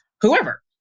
whoever